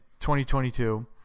2022